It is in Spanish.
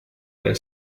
del